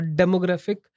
demographic